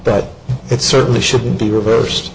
but it certainly shouldn't be reversed